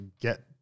get